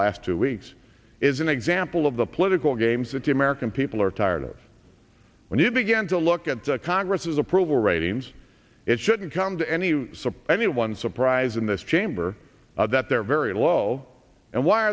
last two weeks is an example of the political games that the american people are tired of when you begin to look at congress's approval ratings it shouldn't come to any suppose any one surprise in this chamber now that they're very low and why